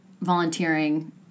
volunteering